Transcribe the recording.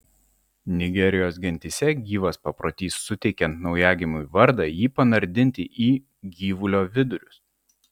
nigerijos gentyse gyvas paprotys suteikiant naujagimiui vardą jį panardinti į gyvulio vidurius